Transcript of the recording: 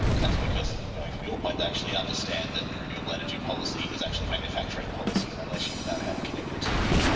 and that's because, going from your point, they actually understand that renewable energy policy is actually manufacturing policy. and unless you know how to connect the two,